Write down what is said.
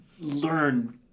learn